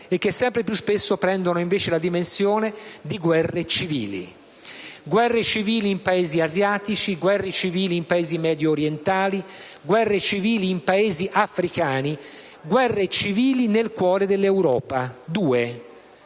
e che sempre più spesso prendono invece la dimensione di guerre civili: guerre civili in Paesi asiatici, in Paesi mediorientali, in Paesi africani e due guerre